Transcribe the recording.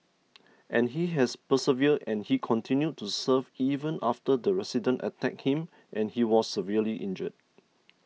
and he has persevered and he continued to serve even after the resident attacked him and he was severely injured